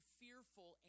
fearful